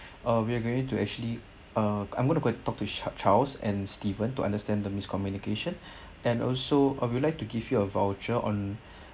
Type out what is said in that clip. uh we're going to actually uh I'm going to go and talk to charles and steven to understand the miscommunication and also I would like to give you a voucher on